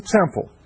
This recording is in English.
temple